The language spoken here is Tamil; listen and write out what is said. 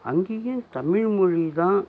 அங்கேயும் தமிழ் மொழி தான்